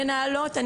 מנהלות,